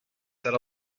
set